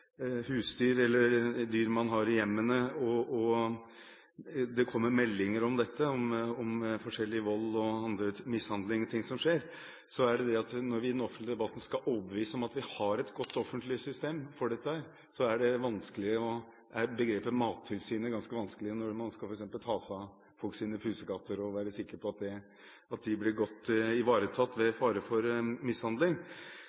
husdyr eller andre dyr man har i hjemmene, og som melder om forskjellige typer vold, mishandling eller andre ting som skjer – om at vi har et godt, offentlig system for dette, er begrepet «Mattilsynet», som er ganske vanskelig når man f.eks. skal ta seg av folks pusekatter og være sikker på at disse blir godt ivaretatt ved